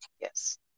yes